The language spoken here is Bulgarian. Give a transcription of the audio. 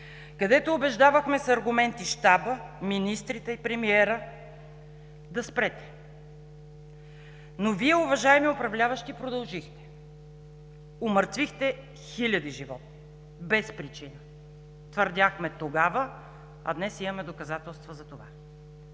където убеждавахме с аргументи щаба, министрите и премиера да спрете! Но Вие, уважаеми управляващи, продължихте. Умъртвихте хиляди животни без причина – твърдяхме тогава, а днес имаме доказателства за това.